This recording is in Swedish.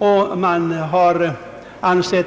Motionärerna anser